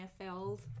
filled